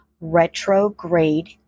retrograde